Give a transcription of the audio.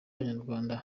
abanyarwanda